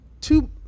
two